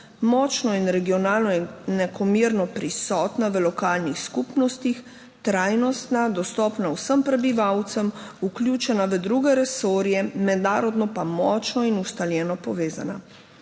močno in regionalno in enakomerno prisotna v lokalnih skupnostih, trajnostna, dostopna vsem prebivalcem, vključena v druge resorje, mednarodno pa močno in ustaljeno povezana.